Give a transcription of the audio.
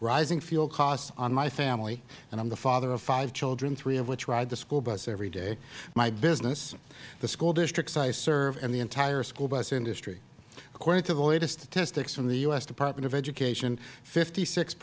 rising fuel costs on my family and i am the father of five children three of which ride the school bus everyday my business the school districts i serve and the entire school bus industry according to the latest statistics from the u s department of education fifty six